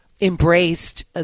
embraced